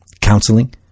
counseling